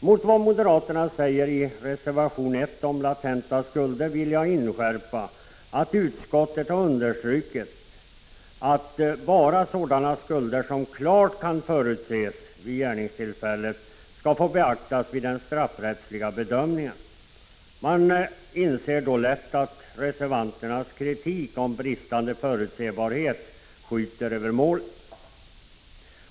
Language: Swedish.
Mot vad moderaterna säger i reservation 1 om latenta skulder vill jag inskärpa att utskottet strukit under att bara sådana skulder som klart kan förutses vid gärningstillfället skall få beaktas vid den straffrättsliga bedömningen. Man inser då lätt att reservanternas kritik om bristande förutsebarhet skjuter över målet.